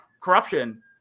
corruption